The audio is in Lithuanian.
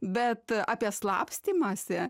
bet apie slapstymąsi